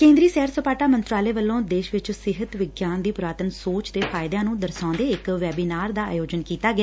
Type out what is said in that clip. ਕੇਂਦਰੀ ਸੈਰ ਸਪਾਟਾ ਮੰਤਰਾਲੇ ਵੱਲੋਂ ਦੇਸ਼ ਵਿਚ ਸਿਹਤ ਵਿਗਿਆਨ ਦੀ ਪੁਰਾਤਨ ਸੋਚ ਦੇ ਫਾਇਦਿਆਂ ਨੂੰ ਦਰਸਾਉਦੇ ਇਕ ਵੈਬੀਨਾਰ ਦਾ ਆਯੋਜਨ ਕੀਤਾ ਗਿਆ